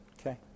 Okay